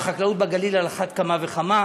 והחקלאות בגליל על אחת כמה וכמה.